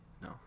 No